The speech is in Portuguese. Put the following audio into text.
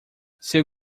seu